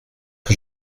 que